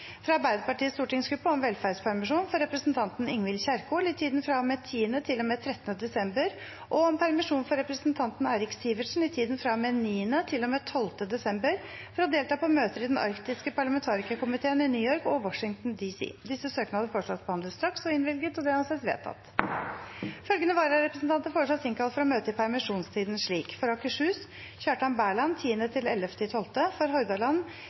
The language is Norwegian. fra Arbeidepartiets stortingsgruppe om velferdspermisjon for representanten Ingvild Kjerkol i tiden fra og med 10. til og med 13. desember, og om permisjon for representanten Eirik Sivertsen i tiden fra og med 9. til og med 12. desember for å delta på møter i Den arktiske parlamentarikerkomiteen i New York og Washington DC Etter forslag fra presidenten ble enstemmig besluttet: Søknadene behandles straks og innvilges. Følgende vararepresentanter innkalles for å møte i permisjonstiden: For Akershus: Kjartan Berland 10.–11. desember For Hordaland: